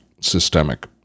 systemic